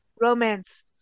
romance